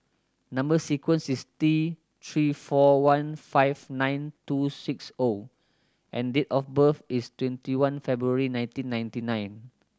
number sequence is T Three four one five nine two six O and date of birth is twenty one February nineteen ninety nine